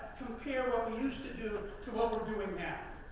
compare what we used to do to what we're doing now.